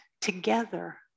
together